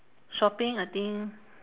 shopping I think